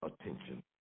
attention